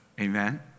Amen